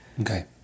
Okay